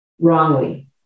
wrongly